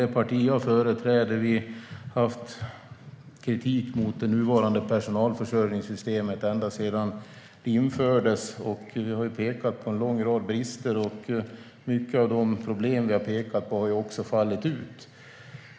Det parti jag företräder har haft kritik mot det nuvarande personalförsörjningssystemet ända sedan det infördes. Vi har pekat på en lång rad brister, och många av de problem vi har pekat på har också fallit ut.